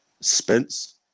Spence